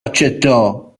accettò